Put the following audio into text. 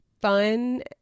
fun